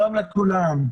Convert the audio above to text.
שלום לכולם.